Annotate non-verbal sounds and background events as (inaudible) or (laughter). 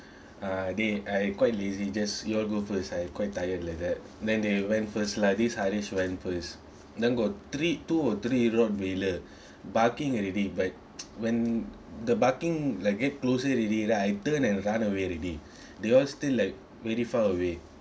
(breath) uh they I quite lazy just you all go first I quite tired like that then they went first like this haresh went first then got three two or three rottweiler (breath) barking already but (noise) when the barking like get closer already lah I turn and run away already (breath) they all still like very far away